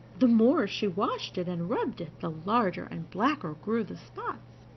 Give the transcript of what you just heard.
the more she washed it and rubbed it, the larger and blacker grew the spots.